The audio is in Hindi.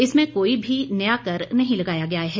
इसमें कोई भी नया कर नहीं लगाया गया है